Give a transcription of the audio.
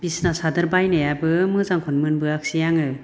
बिसिना सादर बायनायाबो मोजांखौनो मोनबोआसै आङो